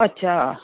अच्छा